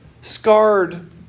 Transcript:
scarred